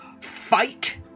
Fight